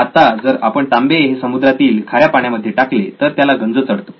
आत्ता जर आपण तांबे हे समुद्रातील खाऱ्या पाण्यामध्ये टाकले तर त्याला गंज चढतो